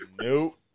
Nope